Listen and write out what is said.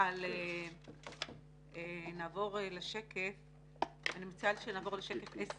אני מציעה שנעבור לשקף 10,